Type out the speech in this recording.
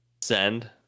send